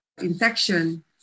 infection